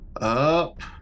up